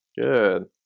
Good